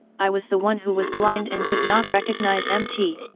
i was the one who was blind and could not recognize mt.